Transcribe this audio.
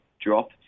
drop